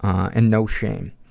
and no shame.